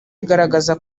igaragaza